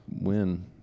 win